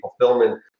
fulfillment